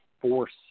force